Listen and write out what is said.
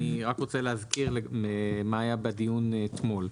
אני רוצה להזכיר מה היה בדיון אתמול.